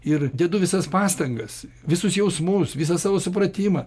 ir dedu visas pastangas visus jausmus visą savo supratimą